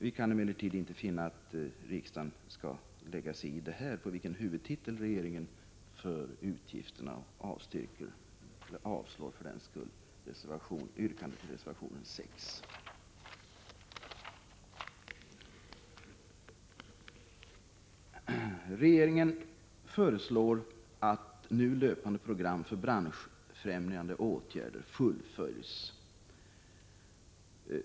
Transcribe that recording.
Vi kan emellertid inte finna att riksdagen skall lägga sig i, på vilken huvudtitel regeringen för utgifterna. Jag yrkar därför avslag på reservation 6. Regeringen föreslår att nu löpande program för branschfrämjande åtgärder fullföljs.